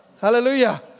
Hallelujah